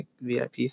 VIP